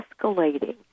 escalating